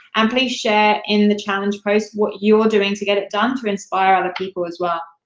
and please share in the challenge post what you're doing to get it done to inspire other people as well.